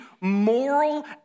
moral